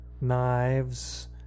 Knives